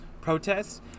protests